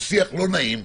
בשיח לא נעים,